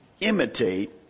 imitate